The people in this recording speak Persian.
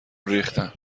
ریختن